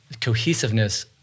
cohesiveness